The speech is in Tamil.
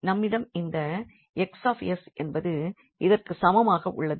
நம்மிடம் இந்த 𝑋𝑠 என்பது இதற்கு சமமாக உள்ளது